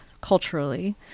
culturally